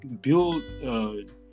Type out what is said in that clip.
build